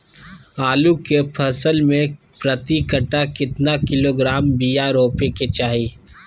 आलू के फसल में प्रति कट्ठा कितना किलोग्राम बिया रोपे के चाहि?